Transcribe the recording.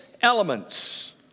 elements